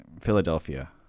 philadelphia